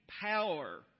power